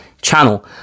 channel